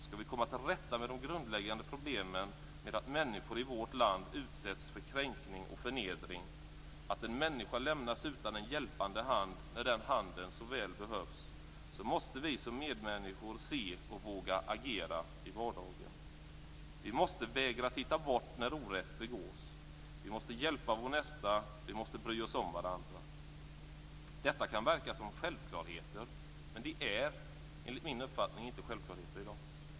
Skall vi komma till rätta med de grundläggande problemen med att människor i vårt land utsätts för kränkning och förnedring, att en människa lämnas utan en hjälpande hand när den handen så väl behövs, måste vi som medmänniskor se och våga agera i vardagen. Vi måste vägra att titta bort när orätt begås. Vi måste hjälpa vår nästa. Vi måste bry oss om varandra. Detta kan verka som självklarheter. Men det är enligt min uppfattning inte självklarheter i dag.